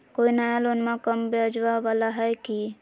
कोइ नया लोनमा कम ब्याजवा वाला हय की?